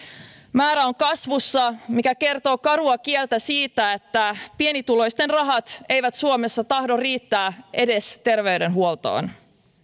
määrä on kasvussa mikä kertoo karua kieltä siitä että pienituloisten rahat eivät suomessa tahdo riittää edes terveydenhuoltoon